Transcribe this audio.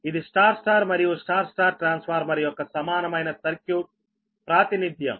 ఇది Y Y మరియు Y Y transformer యొక్క సమానమైన సర్క్యూట్ ప్రాతినిథ్యం